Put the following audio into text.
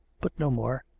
but no more.